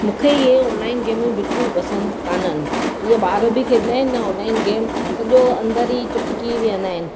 मूंखे इहे ऑनलाइन गेम्यूं बिल्कुलु पसंदि कान आहिनि हीअ ॿार बि खेलंदा आहिनि न ऑनलाइन गेम सॼो अंदरि ई चिपकी विहंदा आहिनि